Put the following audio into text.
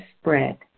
spread